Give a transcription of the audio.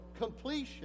completion